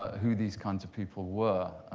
who these kinds of people were.